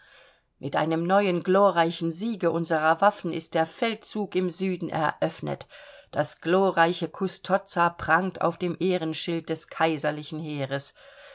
mit einem neuen glorreichen siege unserer waffen ist der feldzug im süden eröffnet das glorreiche custozza prangt auf dem ehrenschild des kaiserlichen heeres